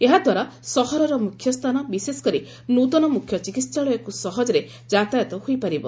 ଏହାଦ୍ୱାରା ସହରର ମୁଖ୍ୟ ସ୍ଥାନ ବିଶେଷକରି ନ୍ତନ ମୁଖ୍ୟ ଚିକିହାଳୟକୁ ସହଜରେ ଯାତାୟତ ହୋଇପାରିବ